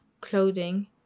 clothing